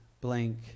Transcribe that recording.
blank